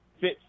Fit